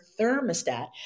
thermostat